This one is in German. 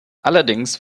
allerdings